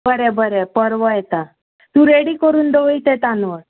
बरें बरें परवां येता तूं रेडी करून दोवय तें तानूळ